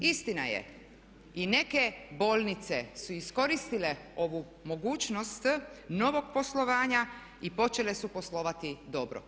Istina je i neke bolnice su iskoristile ovu mogućnost novog poslovanja i počele su poslovati dobro.